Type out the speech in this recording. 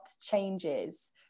changes